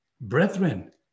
brethren